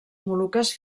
moluques